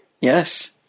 Yes